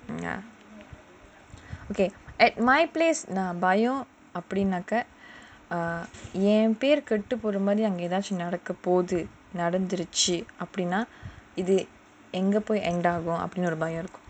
ya okay at my place நான் பயம் அப்டினாக்கா என் பெரு கெட்டு போற மாதிரி அங்க ஏதாச்சும் நடக்க போகுது நடந்துடுச்சு அப்டினா அது எங்க போய்:naan bayam apdinaakaa en peru ketu pora maadhiri anga edhachum nadaka poguthu nadanthuchu apdinaa adhu enga poi end ஆகா போகுது அப்டினு பயம் இருக்கும்:aaga poguthu apdinu bayam irukum